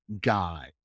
guy